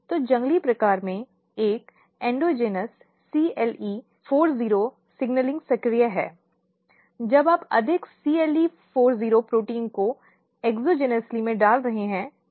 तो जंगली प्रकार में एक एंडोजीनस CLE40 संकेतन सक्रिय है अब आप अधिक CLE40 प्रोटीन को एक्सोजेन्सली से डाल रहे हैं